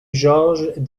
georges